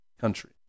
country